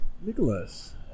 Nicholas